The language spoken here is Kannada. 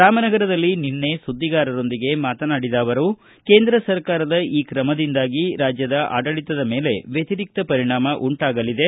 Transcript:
ರಾಮನಗದಲ್ಲಿ ನಿನ್ನೆ ಸುದ್ದಿಗಾರರೊಂದಿಗೆ ಮಾತನಾಡಿದ ಅವರು ಕೇಂದ್ರ ಸರ್ಕಾರದ ಈ ಕ್ರಮದಿಂದಾಗಿ ರಾಜ್ಯದ ಆಡಳಿತದ ಮೇಲೆ ವ್ಯತಿರಿಕ್ತ ಪರಿಣಾಮ ಉಂಟಾಗಲಿದೆ